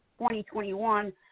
2021